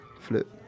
flip